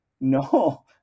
No